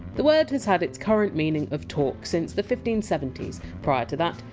the word has had its current meaning of! talk! since the fifteen seventy s prior to that!